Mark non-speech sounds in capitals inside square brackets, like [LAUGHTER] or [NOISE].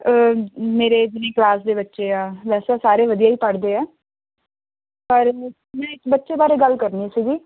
ਮੇਰੇ [UNINTELLIGIBLE] ਕਲਾਸ ਦੇ ਬੱਚੇ ਆ ਵੈਸੇ ਸਾਰੇ ਵਧੀਆ ਹੀ ਪੜ੍ਹਦੇ ਆ ਪਰ [UNINTELLIGIBLE] ਬੱਚੇ ਬਾਰੇ ਗੱਲ ਕਰਨੀ ਸੀਗੀ